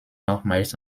nochmals